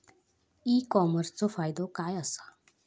E कॉमर्सचो फायदो काय असा?